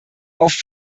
auf